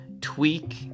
tweak